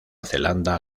zelanda